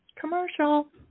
commercial